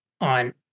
on